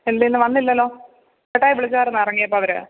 എന്തേന്ന് വന്നില്ലല്ലോ ചേട്ടായി വിളിച്ചാര്ന്നോ ഇറങ്ങിയപ്പോള് അവരെ